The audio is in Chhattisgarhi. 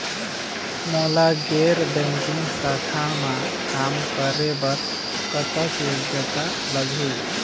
मोला गैर बैंकिंग शाखा मा काम करे बर कतक योग्यता लगही?